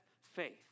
faith